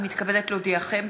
אני מתכבדת להודיעכם,